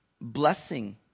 blessing